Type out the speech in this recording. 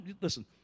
Listen